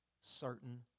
certain